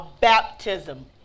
baptism